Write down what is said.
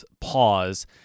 pause